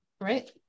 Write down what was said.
Right